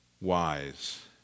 wise